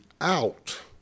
out